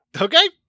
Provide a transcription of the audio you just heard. Okay